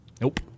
Nope